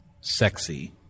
Sexy